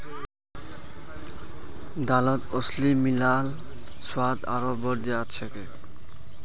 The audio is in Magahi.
दालत अलसी मिला ल स्वाद आरोह बढ़ जा छेक